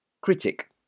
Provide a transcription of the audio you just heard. critic